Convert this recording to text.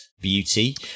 beauty